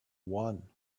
one